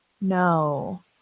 no